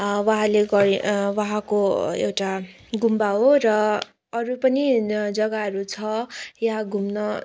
उहाँले गरे उहाँको एउटा गुम्बा हो र अरू पनि जग्गाहरू छ यहाँ घुम्न